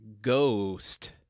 ghost